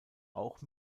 auch